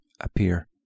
appear